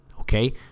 okay